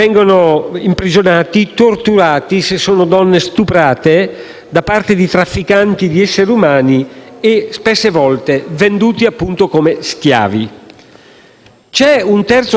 C'è un terzo aspetto: la questione della Brexit e l'accordo che è stato raggiunto l'8 dicembre, sul quale tornerò in conclusione.